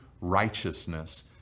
righteousness